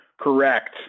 correct